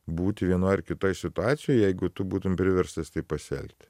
būt vienoj ar kitoj situacijoj jeigu tu būtum priverstas taip pasielgti